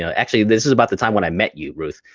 you know actually, this is about the time when i met you, ruth.